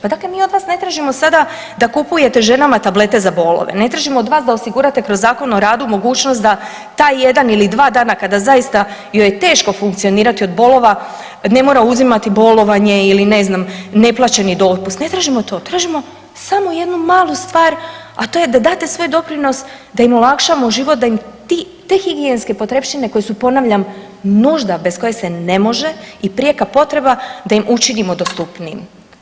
Pa dakle mi od vas ne tražimo sada da kupujete ženama tablete za bolove, ne tražimo od vas da osigurate kroz Zakon o radu mogućnost da taj jedan ili dva dana kada zaista joj je teško funkcionirati od bolova, ne mora uzimati bolovanje ili, ne znam, neplaćeni dopust, ne tražimo to, tražimo samo jednu malu stvar, a to je da date svoj doprinos da im olakšamo život, da im te higijenske potrepštine, koje su ponavljam, nužda, bez koje se ne može i prijeka potreba, da im učinimo dostupnijim.